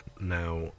Now